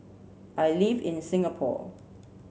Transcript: I live in Singapore